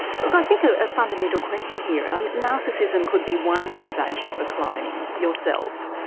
look i think a ah fundamental question here. um narcissism could be one motivation for cloning yourself,